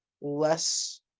less